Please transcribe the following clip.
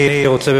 אני רוצה,